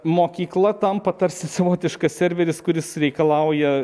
mokykla tampa tarsi savotiška serveris kuris reikalauja